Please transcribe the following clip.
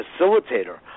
facilitator